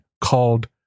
called